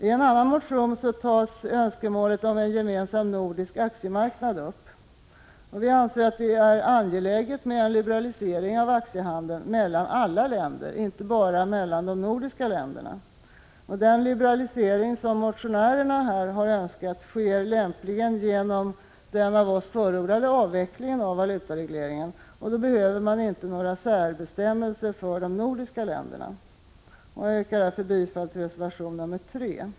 I en annan motion tas önskemålet om en gemensam nordisk aktiemarknad upp. Vi anser att det är angeläget med en liberalisering av aktiehandeln mellan alla länder, inte bara mellan de nordiska. Den liberalisering som motionärerna har önskat sker lämpligen genom den av oss förordade avvecklingen av valutaregleringen, och då behövs inte några särbestämmelser för de nordiska länderna. Jag yrkar därför bifall till reservation 3.